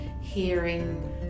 hearing